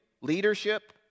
leadership